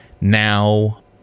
Now